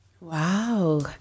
Wow